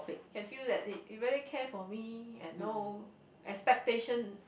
can feel that he he really care for me and no expectation